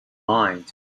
mind